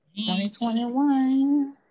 2021